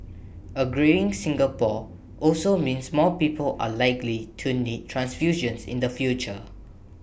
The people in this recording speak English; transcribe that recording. A greying Singapore also means more people are likely to need transfusions in the future